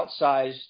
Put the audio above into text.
outsized